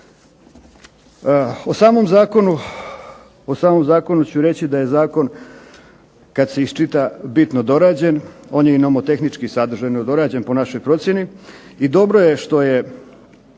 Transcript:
O samom zakonu ću reći da je zakon kada se iščita bitno dorađen. On je i nomotehnički sadržajno dorađen po našoj procjeni i dobro je što je